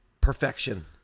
perfection